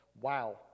wow